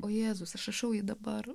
o jėzus aš rašau jį dabar